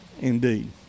Indeed